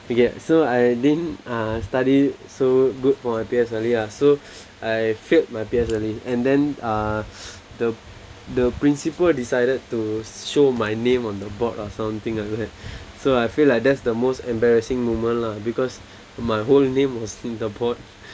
so I didn't uh study so good for my P_S_L_E ah so I failed my P_S_L_E and then uh the the principal decided to show my name on the board or something like that so I feel like that's the most embarrassing moment lah because my whole name was in the board